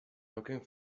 looking